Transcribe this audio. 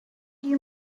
you